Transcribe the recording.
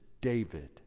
David